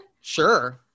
Sure